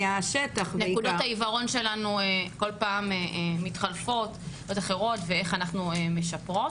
נקודות העיוורון שלנו כל פעם מתחלפות וצריך לראות איך אנחנו משפרות.